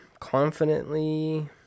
confidently